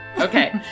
Okay